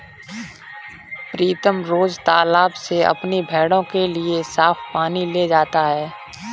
प्रीतम रोज तालाब से अपनी भेड़ों के लिए साफ पानी ले जाता है